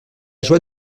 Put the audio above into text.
joie